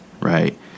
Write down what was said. Right